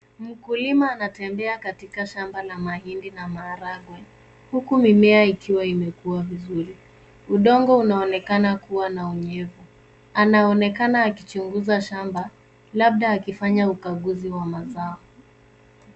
Mkulima anatembea katika shamba la mahindi na maharagwe, huku mimea ikiwa imakua vizuri. Udongo unaonekana kuwa na unyevu. Anaonekana akichunguza shamba labda akifanya ukaguzi wa mazao.